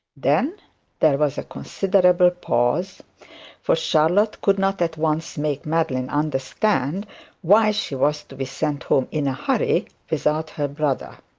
then there was a considerable pause for charlotte could not at once make madeline understand why she was to be sent home in a hurry without her brother.